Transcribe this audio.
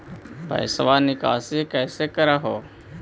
पैसवा निकासी कैसे कर हो?